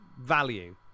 value